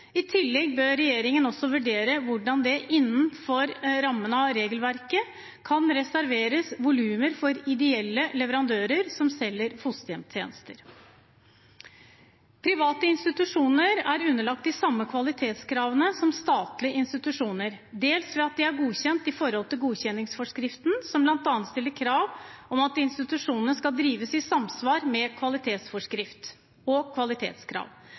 I tillegg bør regjeringen også vurdere hvordan det innenfor rammen av regelverket kan reserveres volumer for ideelle leverandører som selger fosterhjemstjenester. Private institusjoner er underlagt de samme kvalitetskravene som statlige institusjoner, dels ved at de er godkjent i henhold til godkjenningsforskriften, som bl.a. stiller krav om at institusjonene skal drives i samsvar med kvalitetsforskrift og kvalitetskrav.